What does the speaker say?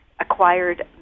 acquired